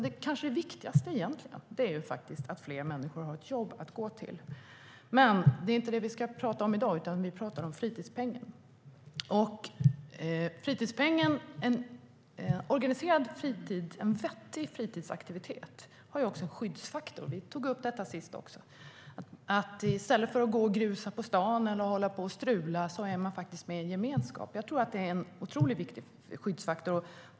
Det kanske viktigaste är alltså egentligen att fler människor har ett jobb att gå till. Det är dock inte det vi ska tala om i dag, utan vi talar om fritidspengen. En vettig fritidsaktivitet innebär också en skyddsfaktor. Vi tog upp detta senast också. I stället för att gå och grusa på stan eller hålla på att strula är man med i en gemenskap, och jag tror att det är en otroligt viktig skyddsfaktor.